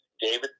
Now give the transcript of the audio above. David